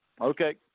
okay